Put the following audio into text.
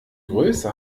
größe